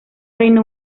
reino